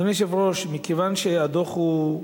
אדוני היושב-ראש, מכיוון שהדוח הוא,